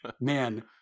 Man